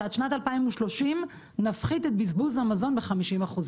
שעד שנת 2030 נפחית את בזבוז המזון ב-50%.